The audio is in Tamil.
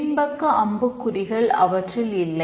பின்பக்க அம்புக்குறிகள் அவற்றில் இல்லை